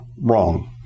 wrong